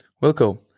Welcome